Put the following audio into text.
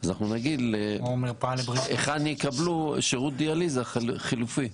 אנחנו נגיד היכן יקבלו שירות דיאליזה חלופי.